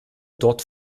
dort